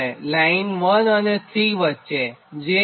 5 line બસ 1 3 વચ્ચે j0